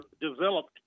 developed